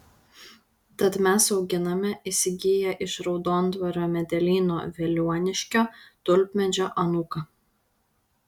tad mes auginame įsigiję iš raudondvario medelyno veliuoniškio tulpmedžio anūką